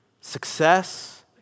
success